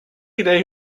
idee